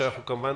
שאנחנו כמובן